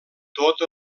tot